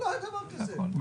לא היה דבר כזה.